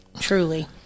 truly